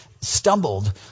stumbled